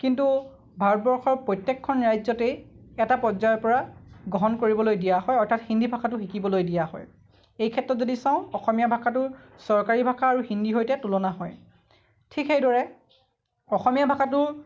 কিন্তু ভাৰতবৰ্ষৰ প্ৰত্যেকখন ৰাজ্যতেই এটা পৰ্যায়ৰ পৰা গ্ৰহণ কৰিবলৈ দিয়া হয় অৰ্থাৎ হিন্দী ভাষাটো শিকিবলৈ দিয়া হয় এই ক্ষেত্ৰত যদি চাওঁ অসমীয়া ভাষাটো চৰকাৰী ভাষা আৰু হিন্দীৰ সৈতে তুলনা হয় ঠিক সেইদৰে অসমীয়া ভাষাটো